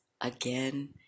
again